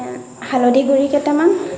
হালধি গুৰি কেইটামান